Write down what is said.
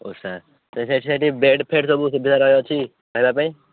ହଁ sir sir ସେଠି bed ଫେଡ଼ ସବୁ ସୁବିଧା ରହିଅଛି ରହିବା ପାଇଁ